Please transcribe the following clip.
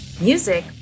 Music